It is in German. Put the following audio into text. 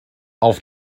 auf